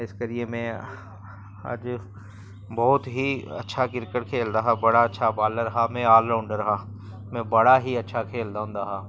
इस करियै में अज्ज बहुत ही अच्छा क्रिकेट खेलदा हा बड़ा अच्छा बालर हा में आलराउंडर हा में बड़ा ही अच्छा खेलदा होंदा हा